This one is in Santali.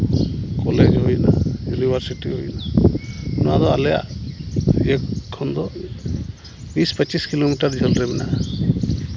ᱠᱚᱞᱮᱡᱽ ᱦᱩᱭᱱᱟ ᱤᱭᱩᱱᱤᱵᱷᱟᱨᱥᱤᱴᱤ ᱦᱩᱭᱱᱟ ᱱᱚᱣᱟ ᱫᱚ ᱟᱞᱮᱭᱟᱜ ᱤᱭᱟᱹ ᱠᱷᱚᱱ ᱫᱚ ᱵᱤᱥ ᱯᱚᱪᱤᱥ ᱠᱤᱞᱳᱢᱤᱴᱟᱨ ᱡᱷᱟᱹᱞ ᱨᱮ ᱢᱮᱱᱟᱜᱼᱟ